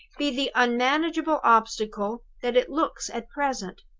be the unmanageable obstacle that it looks at present?